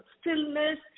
stillness